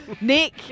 Nick